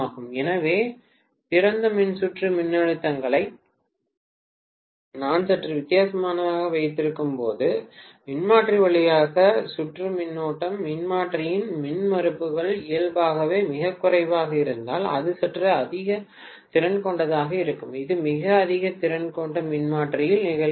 எனவே திறந்த மின்சுற்று மின்னழுத்தங்களை நான் சற்று வித்தியாசமாக வைத்திருக்கும்போது மின்மாற்றி வழியாக சுற்றும் மின்னோட்டம் மின்மாற்றியின் மின்மறுப்புகள் இயல்பாகவே மிகக் குறைவாக இருந்தால் அது சற்று அதிக திறன் கொண்டதாக இருக்கும் இது மிக அதிக திறன் கொண்ட மின்மாற்றியில் நிகழ்கிறது